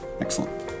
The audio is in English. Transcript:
Excellent